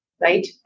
right